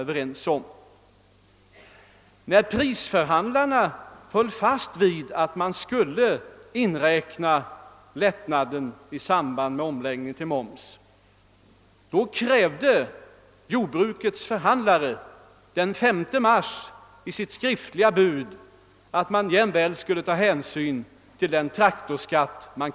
Men när prisförhandlarna höll fast vid att lättnaden skulle medräknas så krävde jordbrukets förhandlare i sitt skriftliga bud den 5 mars att hänsyn också skulle tas till den väntade traktorskatten.